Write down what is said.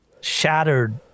shattered